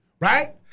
right